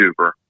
YouTuber